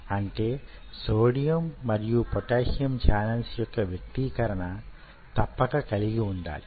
అంటే సోడియం మరియు potassium channels యొక్క వ్యక్తీకరణ తప్పక కలిగి వుండాలి